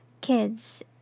kids